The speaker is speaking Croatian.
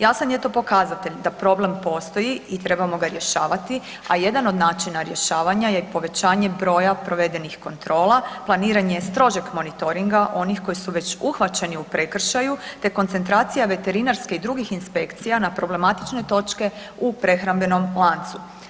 Jasan je to pokazatelj da problem postoji i trebamo ga rješavati, a jedan od načina rješavanja je i povećanje broja provedenih kontrola, planiranje strožeg monitoringa onih koji su već uhvaćeni u prekršaju te koncentracija veterinarske i drugih inspekcija na problematične točke u prehrambenom lancu.